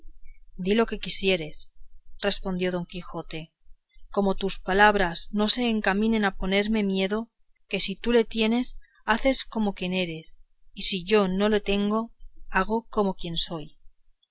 di lo que quisieres replicó don quijote como tus palabras no se encaminen a ponerme miedo que si tú le tienes haces como quien eres y si yo no le tengo hago como quien soy